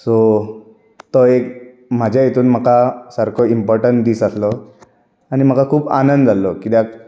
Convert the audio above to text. so तो एक म्हाज्या हितून म्हाका सारको इम्पॉटन दीस आहलो आनी म्हाका खूब आनंद जाल्लो कित्याक